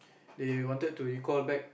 they wanted to recall back